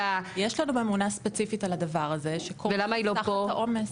--- יש לנו ממונה ספציפית על הדבר הזה שקורסת תחת העומס.